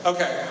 Okay